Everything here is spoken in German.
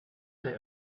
der